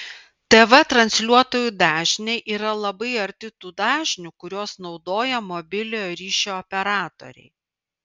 tv transliuotojų dažniai yra labai arti tų dažnių kuriuos naudoja mobiliojo ryšio operatoriai